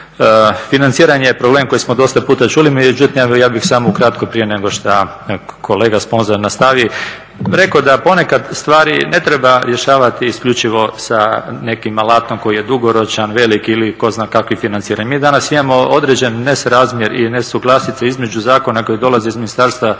Financiranje je problem koji smo dosta puta čuli, međutim ja bih samo ukratko prije nego što kolega Sponza nastavi, rekao da ponekad stvari ne treba rješavati isključivo sa nekim alatom koji je dugoročan, velik ili tko zna kakav …. Mi danas imamo određeni nesrazmjer i nesuglasice između zakona koji dolazi iz Ministarstva